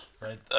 Right